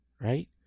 right